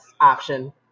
option